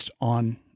on